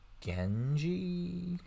Genji